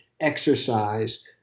exercise